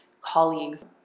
colleagues